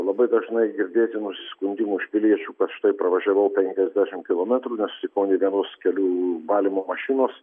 labai dažnai girdėti nusiskundimų iš piliečių kad štai pravažiavau penkiasdešim kilometrų nesutikau nei vienos kelių valymo mašinos